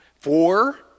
Four